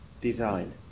Design